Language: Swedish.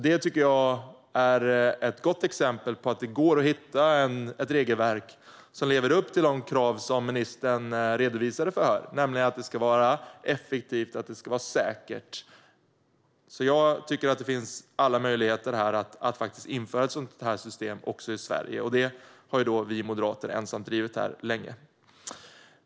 Det är ett gott exempel på att det går att hitta ett regelverk som lever upp till de krav som ministern redogjorde för, nämligen att det ska vara effektivt och säkert. Det finns alla möjligheter att införa ett sådant system också i Sverige. Det har vi moderater ensamma drivit länge.